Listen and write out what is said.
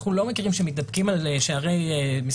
אנחנו לא מכירים שמתדפקים על שערי משרד